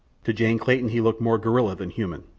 to jane clayton he looked more gorilla than human.